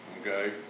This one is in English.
Okay